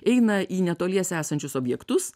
eina į netoliese esančius objektus